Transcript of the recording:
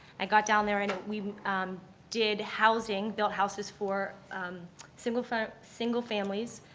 i got down there and we did housing, built houses for single for single families.